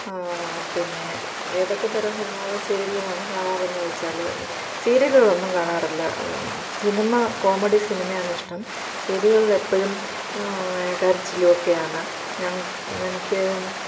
പിന്നെ ഏതൊക്കെ തരം സിനിമകളും സീരിയലുമാണ് കാണാറെന്നുവച്ചാല് സീരിയലുകളൊന്നും കാണാറില്ല സിനിമ കോമഡി സിനിമയാണിഷ്ടം സീരിയലുകളിലെപ്പോഴും കരച്ചിലും ഒക്കെയാണ് ഞങ്ങ എനിക്ക്